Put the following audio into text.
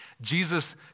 Jesus